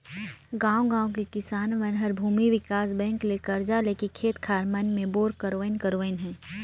गांव गांव के किसान मन हर भूमि विकास बेंक ले करजा लेके खेत खार मन मे बोर करवाइन करवाइन हें